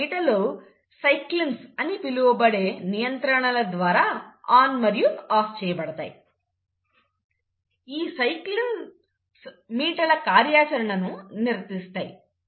ఈ మీటలు సైక్లిన్స్ అని పిలువబడే నియంత్రణల ద్వారా ఆన్ మరియు ఆఫ్ చేయబడతాయి